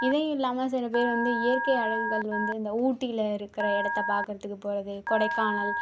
இதையும் இல்லாமல் சில பேர் வந்து இயற்கை அழகுகள் வந்து இந்த ஊட்டியில் இருக்கிற இடத்த பாக்கிறதுக்கு போகிறது கொடைக்கானல்